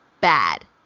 bad